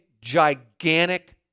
gigantic